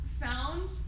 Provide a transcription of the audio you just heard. found